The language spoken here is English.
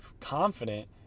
confident